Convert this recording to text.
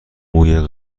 موی